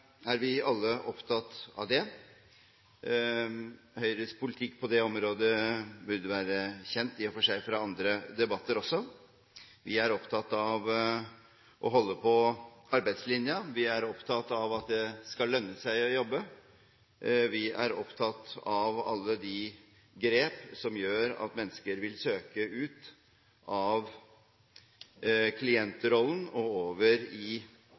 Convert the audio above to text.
er vi alle opptatt av det. Høyres politikk på det området burde være kjent fra andre debatter også. Vi er opptatt av å holde på arbeidslinjen. Vi er opptatt av at det skal lønne seg å jobbe. Vi er opptatt av alle de grep som gjør at mennesker vil søke ut av klientrollen og over i